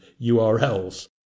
URLs